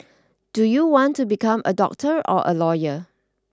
do you want to become a doctor or a lawyer